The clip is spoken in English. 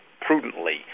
prudently